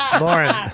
Lauren